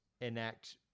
enact